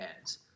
ads